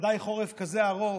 ודאי מושב חורף כזה ארוך,